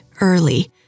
early